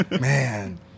Man